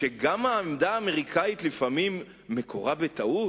שגם העמדה האמריקנית לפעמים מקורה בטעות.